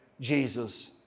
Jesus